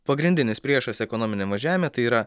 pagrindinis priešas ekonominiam važiavime tai yra